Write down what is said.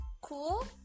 cool